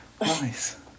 Nice